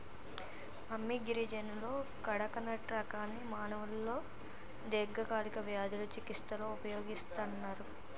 అమ్మి గిరిజనులు కడకనట్ రకాన్ని మానవులలో దీర్ఘకాలిక వ్యాధుల చికిస్తలో ఉపయోగిస్తన్నరు